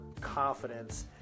confidence